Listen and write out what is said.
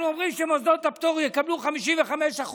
אנחנו אומרים שמוסדות הפטור יקבלו 55%,